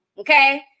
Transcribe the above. Okay